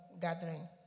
gathering